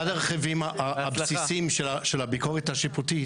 אחד הרכיבים הבסיסיים של הביקורת השיפוטית